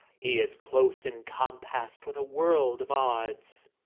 he's close incompast with a world of odds!